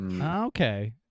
Okay